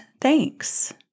thanks